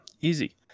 easy